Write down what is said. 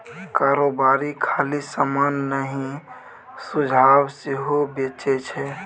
कारोबारी खाली समान नहि सुझाब सेहो बेचै छै